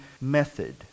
method